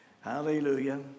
Hallelujah